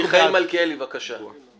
מיכאל מלכיאלי, בבקשה.